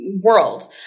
world